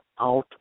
out